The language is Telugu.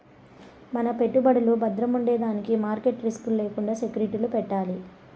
మన పెట్టుబడులు బద్రముండేదానికి మార్కెట్ రిస్క్ లు లేకండా సెక్యూరిటీలు పెట్టాలి